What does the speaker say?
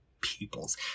peoples